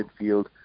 midfield